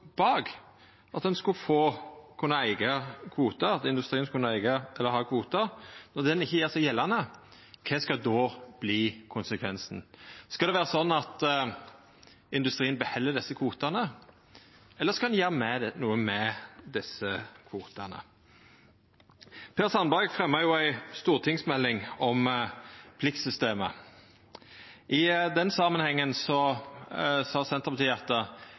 bak, at industrien kunne eiga eller ha kvotar, gjer seg gjeldande, kva skal då verta konsekvensen? Skal det vera sånn at industrien beheld desse kvotane? Eller skal ein gjera noko med desse kvotane. Per Sandberg fremja ei stortingsmelding om pliktsystemet. I den samanhengen sa Senterpartiet at